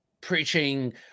preaching